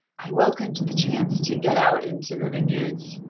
i welcomed the chance to get out into the vineyards.